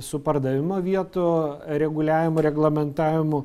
su pardavimo vietų reguliavimu reglamentavimu